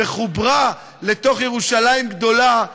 וחוברה לתוך ירושלים גדולה,